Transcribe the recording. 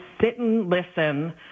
sit-and-listen